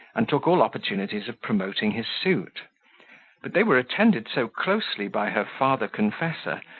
and took all opportunities of promoting his suit but they were attended so closely by her father-confessor,